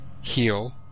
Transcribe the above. heal